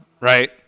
right